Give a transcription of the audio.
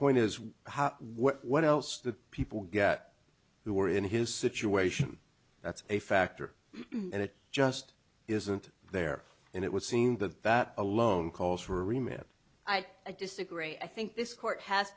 point is what else the people got who were in his situation that's a factor and it just isn't there and it would seem that that alone calls for email i disagree i think this court has